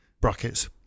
Brackets